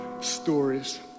stories